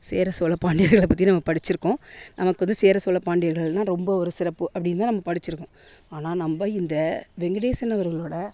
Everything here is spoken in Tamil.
சேர சோழ பாண்டியர்களை பற்றி நாம் படித்திருக்கோம் நமக்கு வந்து சேர சோழ பாண்டியர்கள்னா ரொம்ப ஒரு சிறப்பு அப்படினு தான் நாம் படித்திருப்போம் ஆனால் நம்ம இந்த வெங்கடேசன் அவர்களோட